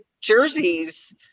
jerseys